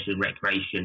recreation